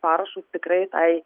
parašus tikrai tai